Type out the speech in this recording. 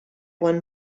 one